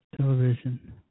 Television